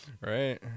Right